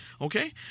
Okay